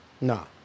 No